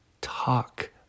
talk